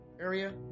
area